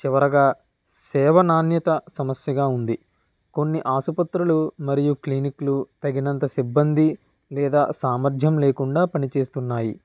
చివరగా సేవ నాణ్యత సమస్యగా ఉంది కొన్ని ఆసుపత్రులు మరియు క్లినిక్ లు తగినంత సిబ్బంది లేదా సామర్థ్యం లేకుండా పనిచేస్తున్నాయి